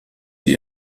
die